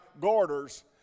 garters